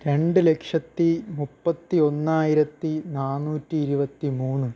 രണ്ട് ലക്ഷത്തി മുപ്പത്തി ഒന്നായിരത്തി നാനൂറ്റി ഇരുപത്തി മൂന്ന്